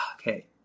okay